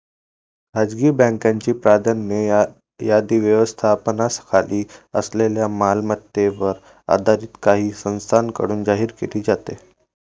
खासगी बँकांची प्राधान्य यादी व्यवस्थापनाखाली असलेल्या मालमत्तेवर आधारित काही संस्थांकडून जाहीर केली जाते